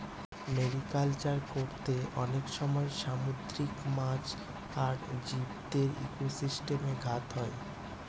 mariculture করতে অনেক সময় সামুদ্রিক মাছ আর জীবদের ইকোসিস্টেমে ঘাত হয়